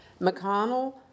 McConnell